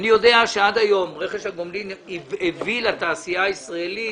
אני יודע שעד היום רכש הגומלין הביא לתעשייה הישראלית